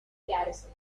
garrison